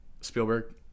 Spielberg